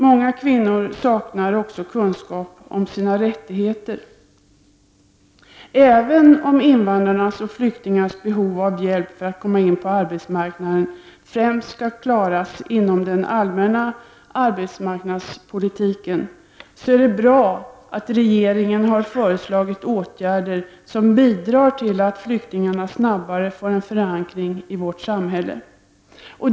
Många kvinnor saknar också kun skap om sina rättigheter. Även om invandrarnas och flyktingarnas behov av hjälp för att komma in på arbetsmarknaden främst skall klaras inom den allmänna arbetsmarknadspolitiken, är det bra att regeringen har föreslagit åtgärder som bidrar till att flyktingarna snabbare får en förankring i vårt samhälle.